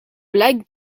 blague